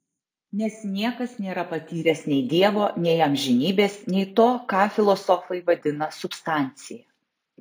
nes niekas nėra patyręs nei dievo nei amžinybės nei to ką filosofai vadina substancija